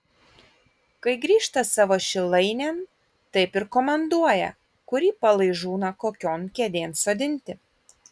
kai grįžta savo šilainėn taip ir komanduoja kurį palaižūną kokion kėdėn sodinti